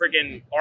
freaking